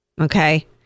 Okay